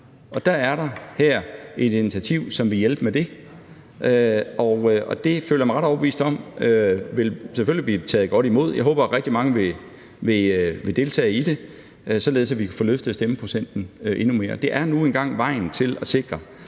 der er det her et initiativ, som vil hjælpe med det. Og det føler jeg mig ret overbevist om vil blive taget godt imod – jeg håber, at rigtig mange vil deltage i det, således at vi kan få løftet stemmeprocenten endnu mere. Det er nu engang vejen til at sikre,